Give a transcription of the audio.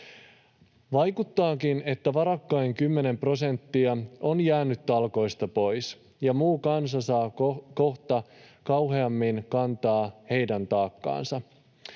Vaikuttaakin siltä, että varakkain kymmenen prosenttia on jäänyt talkoista pois ja muu kansa saa kahta kauheammin kantaa heidän taakkaansa.